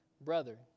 brother